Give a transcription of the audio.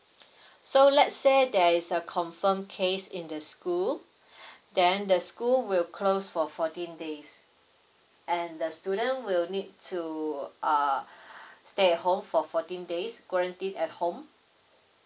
so let's say there is a confirm case in the school then the school will close for fourteen days and the student will need to err stay at home for fourteen days quarantine at home